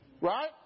right